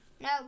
No